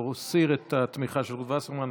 להסיר את התמיכה של רות וסרמן,